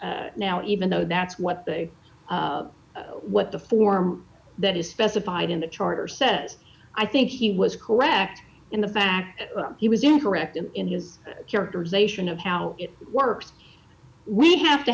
now even though that's what they what the form that is specified in the charter says i think he was correct in the fact he was incorrect in his characterization of how it works we have to